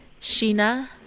Sheena